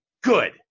good